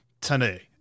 today